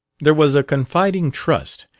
there was a confiding trust,